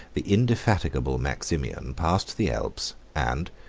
the indefatigable maximian passed the alps, and,